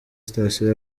sitasiyo